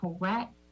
correct